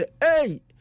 hey